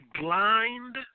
blind